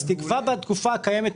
אז תקבע בתקופה הקיימת,